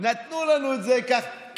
נתנו לנו את זה כאילו,